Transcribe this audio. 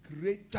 greater